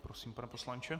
Prosím, pane poslanče.